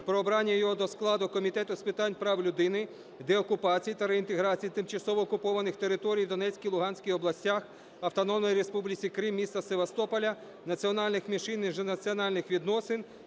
Слово надається голові Комітету з питань прав людини, деокупації та реінтеграції тимчасово окупованих територій у Донецькій, Луганській областях та Автономної Республіки Крим, міста Севастополя, національних меншин і міжнаціональних відносин